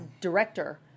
director